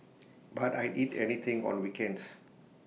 but I'd eat anything on weekends